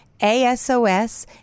ASOS